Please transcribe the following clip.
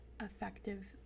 effective